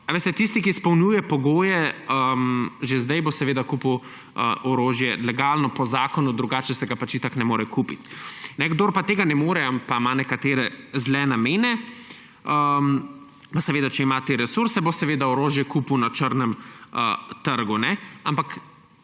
Tisti, ki izpolnjuje pogoje že zdaj, bo seveda kupil orožje legalno po zakonu, drugače se itak ne more kupiti. Kdor pa tega ne more, pa ima nekatere zle namene, če ima te resurse, bo orožje kupil na črnem trgu.